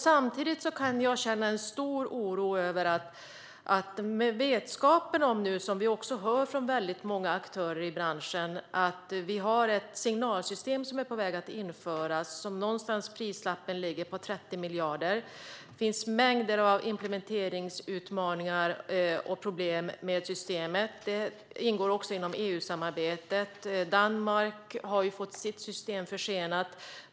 Vi hör också från många aktörer i branschen att ett nytt signalsystem är på väg att införas för vilket prislappen ligger på runt 30 miljarder. Det finns mängder av implementeringsutmaningar och problem med systemet. Det ingår också inom EU-samarbetet. Danmark har fått sitt system försenat.